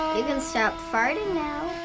you can stop farting now.